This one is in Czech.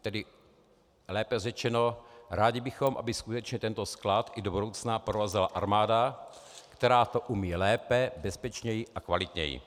Tedy lépe řečeno rádi bychom, aby skutečně tento sklad i do budoucna provozovala armáda, která to umí lépe, bezpečněji a kvalitněji.